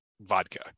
vodka